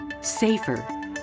safer